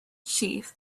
sheath